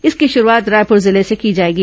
इसकी शुरूआत रायपुर जिले से की जाएगी